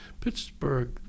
pittsburgh